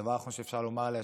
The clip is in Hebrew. הדבר האחרון שאפשר לומר עליה,